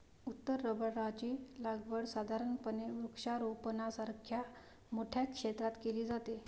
उत्तर रबराची लागवड साधारणपणे वृक्षारोपणासारख्या मोठ्या क्षेत्रात केली जाते